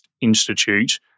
institute